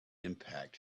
impact